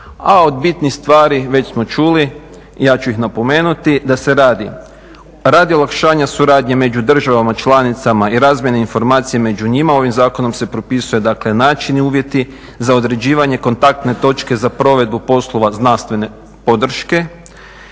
a od bitnih stvari već smo čuli ja ću ih napomenuti da se radi olakšanja suradnje među državama članicama i razmjene informacija među njima. Ovim zakonom se propisuje, dakle načini i uvjeti za određivanje kontaktne točke za provedbu poslova znanstvene podrške.